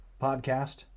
podcast